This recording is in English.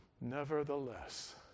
Nevertheless